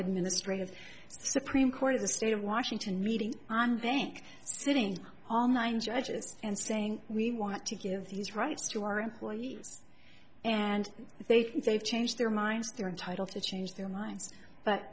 administrative supreme court of the state of washington meeting on bank sitting all nine judges and saying we want to give these rights to our employees and if they think they've changed their minds they're entitled to change their minds but